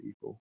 people